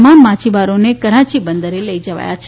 તમામ માછીમારોને કરાંચી બંદરે લઈ જવાયા છે